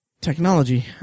technology